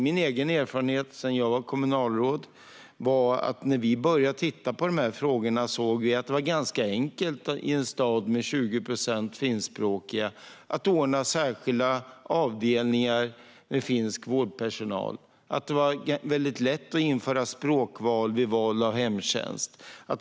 Min egen erfarenhet från min tid som kommunalråd är att vi när vi började titta på dessa frågor såg att det i en stad med 20 procent finskspråkiga var ganska enkelt att ordna särskilda avdelningar med finsk vårdpersonal. Det var lätt att införa språkval vid val av hemtjänst.